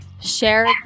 share